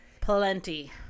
plenty